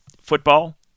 football